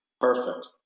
Perfect